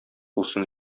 булсын